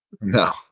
No